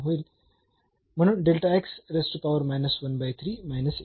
तर हे होईल म्हणून